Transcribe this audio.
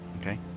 Okay